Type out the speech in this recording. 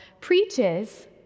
preaches